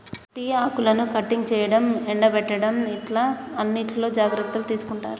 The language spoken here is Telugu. టీ ఆకులను కటింగ్ చేయడం, ఎండపెట్టడం ఇట్లా అన్నిట్లో జాగ్రత్తలు తీసుకుంటారు